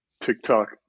TikTok